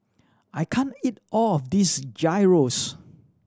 I can't eat all of this Gyros